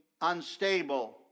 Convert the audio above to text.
unstable